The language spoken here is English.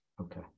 Okay